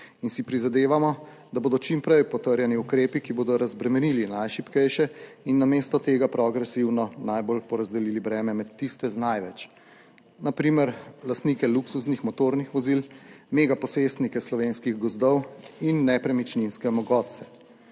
in si prizadevamo, da bodo čim prej potrjeni ukrepi, ki bodo razbremenili najšibkejše in namesto tega progresivno najbolj porazdelili breme med tiste z največ na primer lastnike luksuznih motornih vozil, megaposestnike slovenskih gozdov in nepremičninske mogotce.